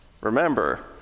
Remember